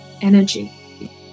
energy